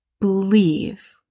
believe